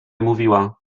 mówiła